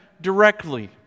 directly